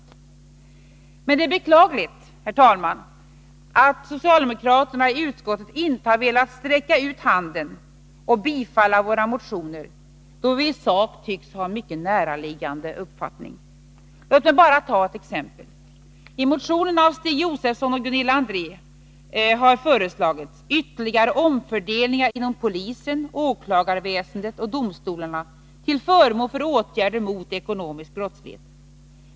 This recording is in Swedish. Det är emellertid beklagligt, herr talman, att socialdemokraterna i utskottet inte har velat ”sträcka ut handen” och tillstyrka våra motioner, då vi i sak tycks ha mycket näraliggande uppfattningar. Låt mig bara ta ett exempel. I motionen av Stig Josefson och Gunilla André har föreslagits ytterligare omfördelningar inom polisen, åklagarväsendet och domstolarna till förmån för åtgärder mot ekonomisk brottslighet.